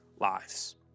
lives